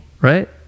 right